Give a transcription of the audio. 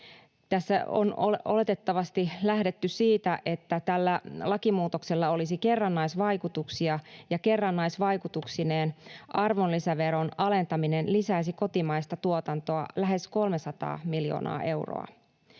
Tässä on oletettavasti lähdetty siitä, että tällä lakimuutoksella olisi kerrannaisvaikutuksia ja kerrannaisvaikutuksineen arvonlisäveron alentaminen lisäisi kotimaista tuotantoa lähes 300 miljoonaa euroa.